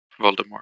Voldemort